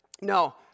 No